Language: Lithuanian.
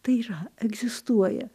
tai yra egzistuoja